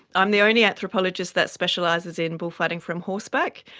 i'm the only anthropologist that specialises in bullfighting from horseback,